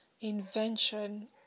invention